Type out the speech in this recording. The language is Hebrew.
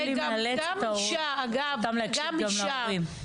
החוק שלי מאלץ גם להקשיב להורים.